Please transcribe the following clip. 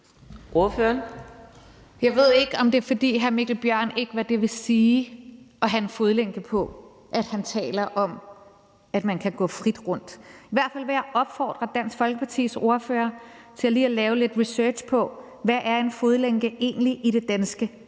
Jeg ved ikke, om det er, fordi hr. Mikkel Bjørn ikke ved, hvad det vil sige at have en fodlænke på, at han taler om, at man kan gå frit rundt. I hvert fald vil jeg opfordre Dansk Folkepartis ordfører til lige at lave lidt research på, hvad en fodlænke egentlig er i det danske